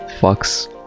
fucks